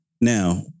now